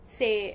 say